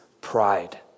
pride